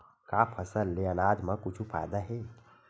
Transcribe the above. का फसल से आनाज मा कुछु फ़ायदा हे?